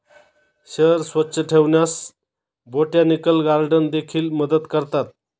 शहर स्वच्छ ठेवण्यास बोटॅनिकल गार्डन देखील मदत करतात